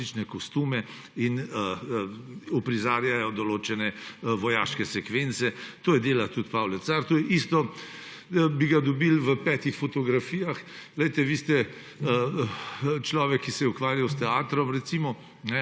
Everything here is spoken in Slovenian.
različne kostume in uprizarjajo določene vojaške sekvence. To dela tudi Pavle Car. Bi ga dobili v petih fotografijah. Glejte, vi ste človek, ki se je ukvarjal s teatrom, recimo,